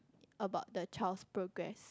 about the child's progress